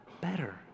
better